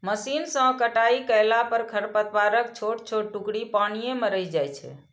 machine सं कटाइ कयला पर खरपतवारक छोट छोट टुकड़ी पानिये मे रहि जाइ छै